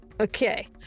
Okay